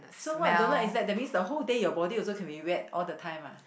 so what I don't like is that that means the whole day your body also can be wet all the time ah